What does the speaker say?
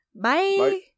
Bye